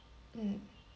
mm